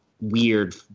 weird